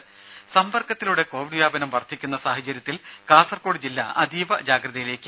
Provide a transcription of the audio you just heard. രുമ സമ്പർക്കത്തിലൂടെ കോവിഡ് വ്യാപനം വർധിക്കുന്ന സാഹചര്യത്തിൽ കാസർകോട് ജില്ല അതീവ ജാഗ്രതയിലേക്ക്